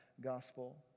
gospel